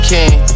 King